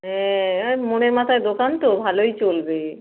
হ্যাঁ আর মোড়ের মাথায় দোকান তো ভালোই চলবে